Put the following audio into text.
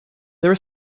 there